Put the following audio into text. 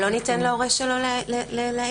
לא ניתן להורה שלהם להעיד?